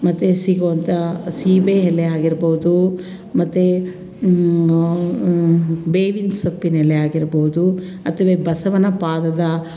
ಮತ್ತು ಸಿಗುವಂಥ ಸೀಬೆ ಎಲೆ ಆಗಿರ್ಬೋದು ಮತ್ತು ಬೇವಿನ ಸೊಪ್ಪಿನ ಎಲೆ ಆಗಿರ್ಬೋದು ಅಥ್ವಾ ಬಸವನ ಪಾದದ